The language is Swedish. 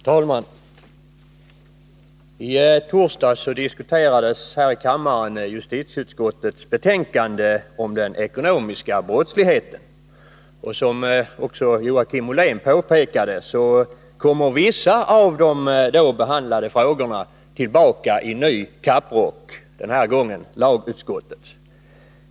Fru talman! I torsdags diskuterades här i kammaren justitieutskottets betänkande om den ekonomiska brottsligheten. Som också Joakim Ollén påpekade kommer vissa av de då behandlade frågorna tillbaka i ny kapprock — den här gången lagutskottets.